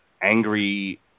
angry